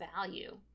value